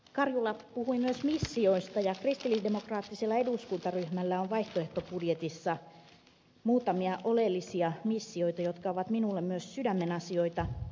karjula puhui myös missioista ja kristillisdemokraattisella eduskuntaryhmällä on vaihtoehtobudjetissa muutamia oleellisia missioita jotka ovat minulle myös sydämen asioita